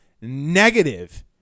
negative